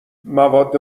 مواد